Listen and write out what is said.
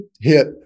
hit